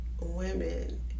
women